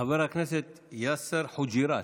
חבר הכנסת יאסר חוג'יראת,